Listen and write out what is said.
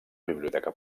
biblioteca